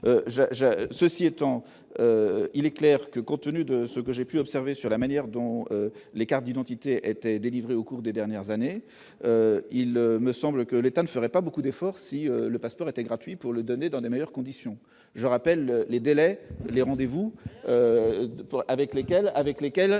ceci étant il est clair que contenu de ce que j'ai pu observer sur la manière dont les cartes d'identité a été délivré au cours des dernières années, il me semble que l'État ne serait pas beaucoup d'efforts si le passeport était gratuit pour le donner dans les meilleures conditions, je rappelle les délais, les rendez-vous avec lesquels avec lesquels